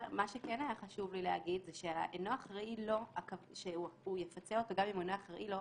מה שהיה חשוב לי להגיד לגבי זה שהוא יפצה אותו גם אם "אינו אחראי לו",